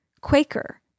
Quaker